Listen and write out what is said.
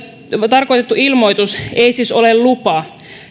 tarkoitettu ilmoitus ei siis ole lupa